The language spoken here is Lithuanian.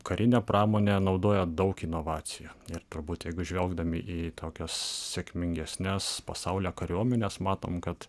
karinė pramonė naudoja daug inovacijų ir turbūt jeigu žvelgdami į tokias sėkmingesnes pasaulio kariuomenes matom kad